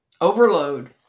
overload